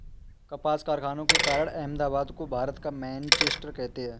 कपास कारखानों के कारण अहमदाबाद को भारत का मैनचेस्टर कहते हैं